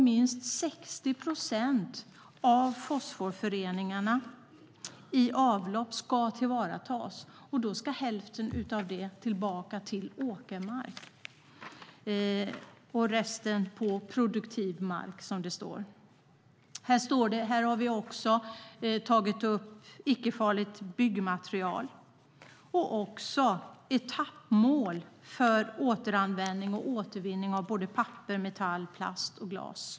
Minst 60 procent av fosforföreningarna i avlopp ska tillvaratas, och då ska hälften av det tillbaka till åkermark och resten till produktiv mark, som det står. Här har vi också tagit upp icke-farligt byggmaterial och också etappmål för återanvändning och återvinning av papper, metall, plast och glas.